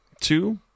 two